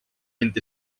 vint